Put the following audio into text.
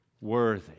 worthy